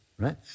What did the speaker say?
Right